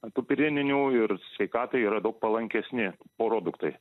antūpireninių ir sveikatai yra daug palankesni produktai